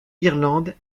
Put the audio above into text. irlande